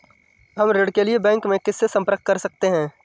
हम ऋण के लिए बैंक में किससे संपर्क कर सकते हैं?